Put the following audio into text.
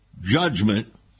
judgment